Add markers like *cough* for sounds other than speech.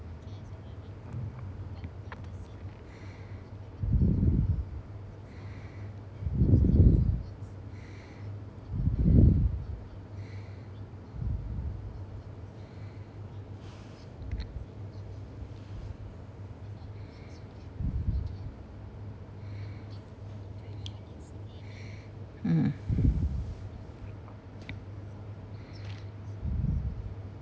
*breath* mm